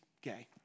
gay